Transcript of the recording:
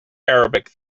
arabic